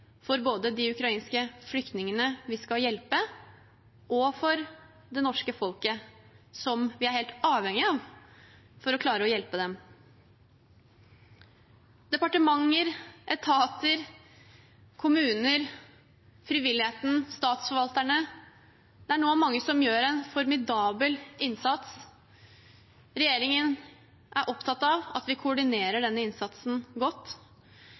for både de ukrainske flyktningene vi skal hjelpe, og for det norske folket, som vi er helt avhengige av for å klare å hjelpe dem. Departementer, etater, kommuner, frivilligheten, statsforvalterne: Det er nå mange som gjør en formidabel innsats. Regjeringen er opptatt av at vi koordinerer denne innsatsen godt.